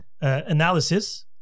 analysis